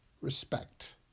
respect